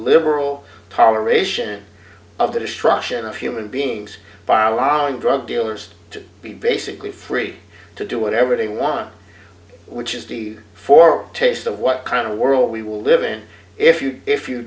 liberal parlor ration of the destruction of human beings by allowing drug dealers to be basically free to do whatever they want which is for taste of what kind of world we will live in if you if you